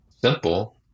Simple